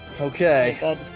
Okay